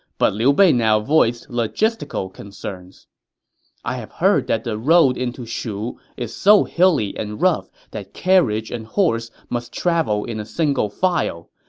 but liu bei now voiced logistical concerns i have heard that the road into shu is so hilly and rough that carriage and horse must travel in single file.